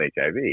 HIV